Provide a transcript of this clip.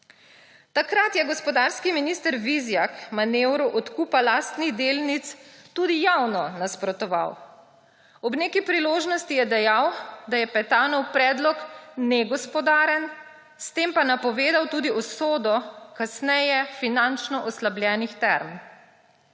Takrat je gospodarski minister Vizjak manevru odkupa lastnih delnic tudi javno nasprotoval. Ob neki priložnosti je dejal, da je Petanov predlog negospodaren, s tem pa napovedal tudi usodo kasneje finančno oslabljenih Term.